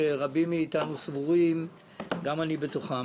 שרבים מאיתנו סבורים גם אני בתוכם